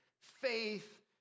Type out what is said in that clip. faith